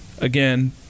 again